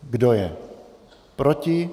Kdo je proti?